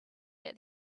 that